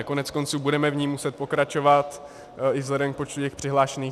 Koneckonců budeme v ní muset pokračovat i vzhledem k počtu přihlášených.